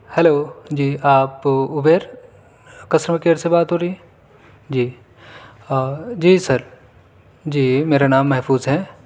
hello جی آپ ابیر کسٹمر کیئر سے بات ہو رہی ہے جی جی سر جی میرا نام محفوظ ہے